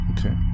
Okay